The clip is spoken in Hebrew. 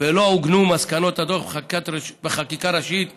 ולא עוגנו מסקנות הדוח בחקיקה ראשית ומחייבת,